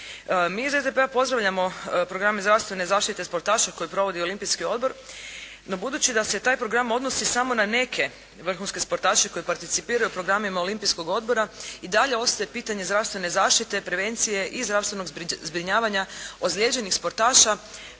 Mi iz SDP-a pozdravljamo programe zdravstvene zaštite sportaša koje provodi Olimpijski odbor. No, budući da se taj program odnosi samo na neke vrhunske sportaše koji participiraju programima Olimpijskog odbora i dalje ostaje pitanje zdravstvene zaštite, prevencije i zdravstvenog zbrinjavanja ozlijeđenih sportaša